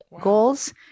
goals